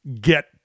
get